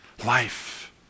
Life